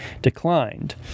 declined